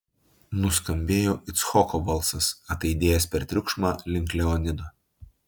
nuskambėjo icchoko balsas ataidėjęs per triukšmą link leonido